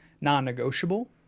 non-negotiable